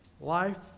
life